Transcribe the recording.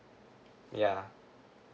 yeah